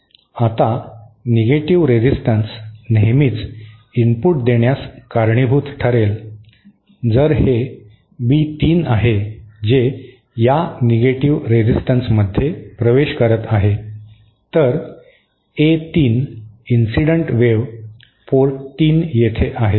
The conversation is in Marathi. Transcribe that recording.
आता निगेटिव्ह रेझीस्टन्स नेहमीच इनपुट देण्यास कारणीभूत ठरेल जर हे बी 3 आहे जे या निगेटिव्ह रेझीस्टन्समध्ये प्रवेश करीत आहे तर A3 इन्सिडेंट वेव्ह पोर्ट 3 येथे आहे